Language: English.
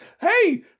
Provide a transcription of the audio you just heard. Hey